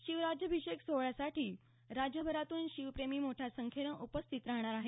शिवराज्याभिषेक सोहळयासाठी राज्यभरातून शिवप्रेमी मोठया संख्येने उपस्थित राहणार आहेत